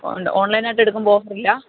ഓ ഉണ്ട് ഓണ്ലൈനായിട്ട് എടുക്കുമ്പം ഓഫറില്ല